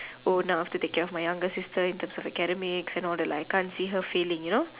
oh now I have to take care of my younger sister in terms of academics and all that I can't see her failing you know